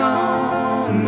on